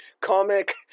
comic